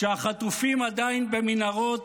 כשהחטופים עדיין במנהרות,